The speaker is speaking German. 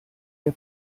der